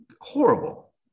horrible